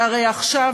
והרי עכשיו,